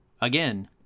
Again